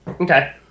Okay